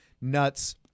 nuts